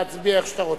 להצביע איך שאתה רוצה,